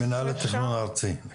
כן, דולי ממינהל התכנון הארצי.